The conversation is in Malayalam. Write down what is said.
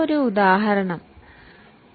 ഒരു ഉദാഹരണം നമ്മുക്ക് നോക്കാം